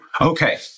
Okay